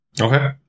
Okay